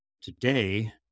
Today